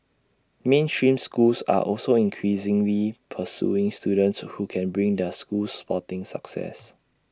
mainstream schools are also increasingly pursuing students who can bring their schools sporting success